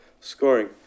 Scoring